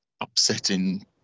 upsetting